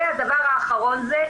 והדבר האחרון זה,